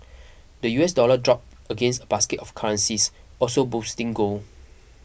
the U S dollar dropped against a basket of currencies also boosting gold